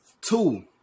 Two